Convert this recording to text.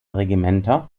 regimenter